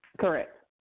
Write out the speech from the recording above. Correct